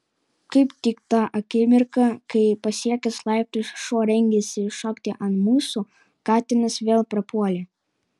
kaip tik tą akimirką kai pasiekęs laiptus šuo rengėsi šokti ant mūsų katinas vėl prapuolė